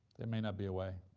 there may not be a way.